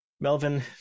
Melvin